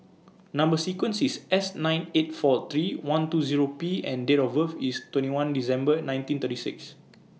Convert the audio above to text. Number sequence IS S nine eight four three one two Zero P and Date of birth IS twenty one December nineteen thirty six